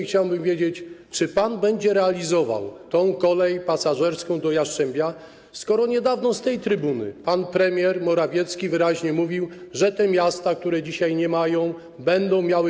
Chciałbym dzisiaj wiedzieć, czy pan będzie realizował tę kolej pasażerską do Jastrzębia, skoro niedawno z tej trybuny pan premier Morawiecki wyraźnie mówił, że te miasta, które dzisiaj nie mają kolei, będą ją miały.